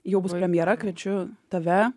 jau bus premjera kviečiu tave